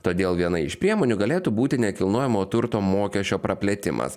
todėl viena iš priemonių galėtų būti nekilnojamojo turto mokesčio praplėtimas